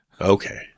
okay